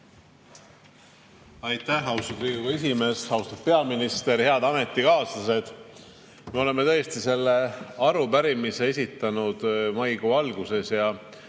Aitäh, austatud Riigikogu esimees! Austatud peaminister! Head ametikaaslased! Me oleme tõesti selle arupärimise esitanud maikuu alguses.